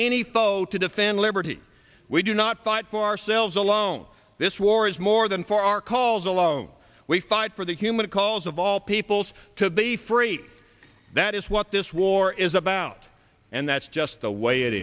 any foe to defend liberty we do not fight for ourselves alone this war is more than for our calls alone we fight for the human cause of all peoples to be free that is what this war is about and that's just the way it